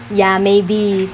ya maybe